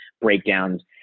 breakdowns